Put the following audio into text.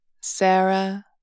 Sarah